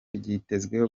ryitezweho